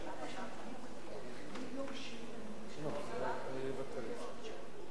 השאלה הכי קשה שאני רוצה לשאול: מאיפה נדבקנו בפטפטת הזאת,